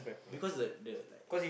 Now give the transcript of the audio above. because the the like